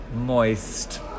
moist